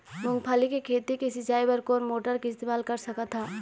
मूंगफली के खेती के सिचाई बर कोन मोटर के इस्तेमाल कर सकत ह?